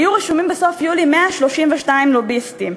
היו רשומים בסוף יולי 132 לוביסטים,